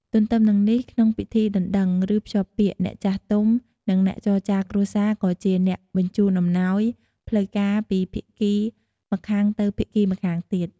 ទទ្ទឹមនឹងនេះ ក្នុងពិធីដណ្ដឹង ឬភ្ជាប់ពាក្យ អ្នកចាស់ទុំ និងអ្នកចរចារគ្រួសារក៏ជាអ្នកបញ្ជូនអំណោយ ផ្លូវការពីភាគីម្ខាងទៅភាគីម្ខាងទៀត។